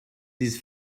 this